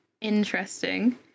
Interesting